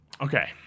okay